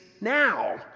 now